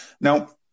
now